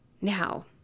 Now